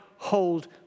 hold